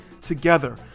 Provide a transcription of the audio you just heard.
together